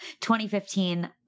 2015